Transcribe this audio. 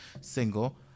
single